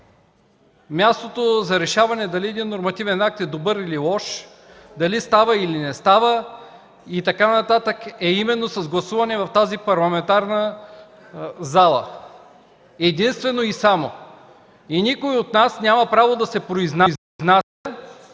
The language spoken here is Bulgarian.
Мястото за решаване дали един нормативен акт е добър или лош, дали става или не става и така нататък е именно с гласуване в тази пленарна зала, единствено и само! И никой от нас няма право да се произнася